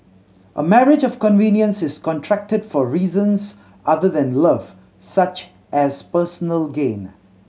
a marriage of convenience is contracted for reasons other than love such as personal gain